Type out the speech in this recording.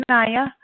Naya